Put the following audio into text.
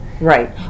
Right